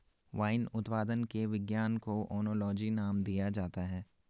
wine उत्पादन के विज्ञान को ओनोलॉजी नाम दिया जाता है